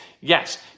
yes